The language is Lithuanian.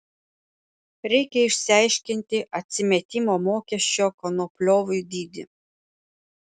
reikia išsiaiškinti atsimetimo mokesčio konopliovui dydį